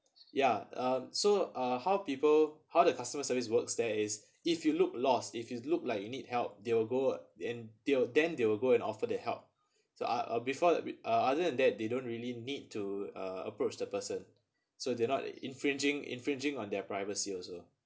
ya uh so uh how people how the customer service works there is if you look lost if you look like you need help they will go and they will then they will go and offer their help so ah before that we uh other than that they don't really need to uh approach the person so they're not infringing infringing on their privacy also